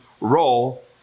roll